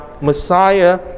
Messiah